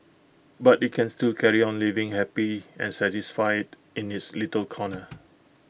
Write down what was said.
but IT can still carry on living happy and satisfied in its little corner